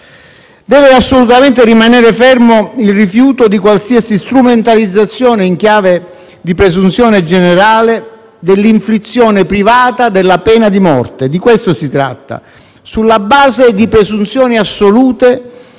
Deve assolutamente rimanere fermo il rifiuto di qualsiasi strumentalizzazione in chiave di presunzione generale dell'inflizione privata della pena di morte - di questo si tratta - sulla base di presunzioni assolute